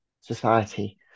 society